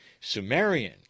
Sumerian